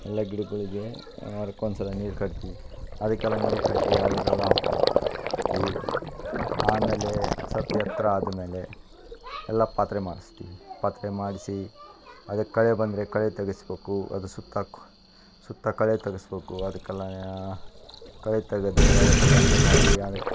ಎಲ್ಲ ಗಿಡಗಳಿಗೆ ವಾರಕ್ಕೆ ಒಂದುಸಲ ನೀರು ಕಟ್ತೀವಿ ಅದ್ಕೆಲ್ಲಾ ನೀರು ಕಟ್ಟಿ ಅದಾಗಲ್ಲ ಟೀ ಆಮೇಲೆ ಸ್ವಲ್ಪ್ ಎತ್ತರ ಆದ ಮೇಲೆ ಎಲ್ಲ ಪಾತ್ರೆ ಮಾಡಿಸ್ತೀವಿ ಪಾತ್ರೆ ಮಾಡಿಸಿ ಅದಕ್ಕೆ ಕಳೆ ಬಂದರೆ ಕಳೆ ತಗಿಸ್ಬೇಕು ಅದು ಸುತ್ತಕು ಸುತ್ತ ಕಳೆ ತಗಿಸ್ಬೇಕು ಅದ್ಕೆಲ್ಲಾ ಕಳೆ ತೆಗದೂ ಅದ್ಕೆಲ್ಲ ಇದು ಮಾಡಿ ಅದಕ್ಕೆ